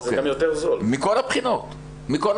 מכל הבחינות.